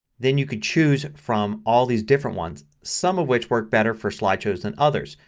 then you can choose from all these different ones some of which work better for slideshows than others.